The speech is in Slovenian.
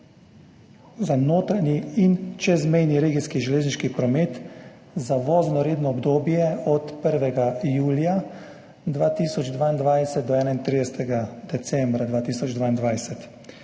za notranji in čezmejni regijski železniški promet za voznoredno obdobje od 1. julija 2022 do 31. decembra 2022.